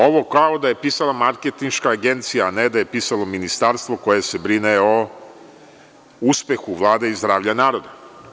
Ovo kao da je pisala marketinška agencija, a ne da je pisalo Ministarstvo koje se brine o uspehu Vlade i zdravlja naroda.